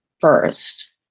first